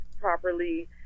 properly